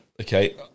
okay